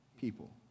people